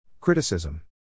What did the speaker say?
Criticism